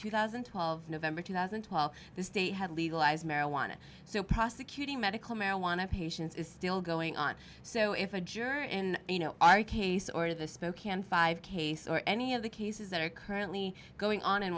two thousand and twelve november two thousand and twelve the state had legalized marijuana so prosecuting medical marijuana patients is still going on so if a juror in our case ordered the spokane five case or any of the cases that are currently going on in